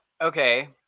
Okay